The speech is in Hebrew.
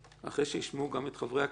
אחרי שישמעו גם את חברי הכנסת,